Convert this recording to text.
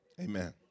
amen